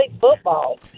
football